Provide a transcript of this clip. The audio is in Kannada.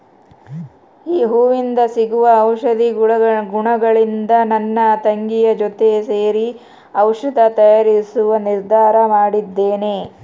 ಈ ಹೂವಿಂದ ಸಿಗುವ ಔಷಧಿ ಗುಣಗಳಿಂದ ನನ್ನ ತಂಗಿಯ ಜೊತೆ ಸೇರಿ ಔಷಧಿ ತಯಾರಿಸುವ ನಿರ್ಧಾರ ಮಾಡಿದ್ದೇನೆ